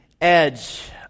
edge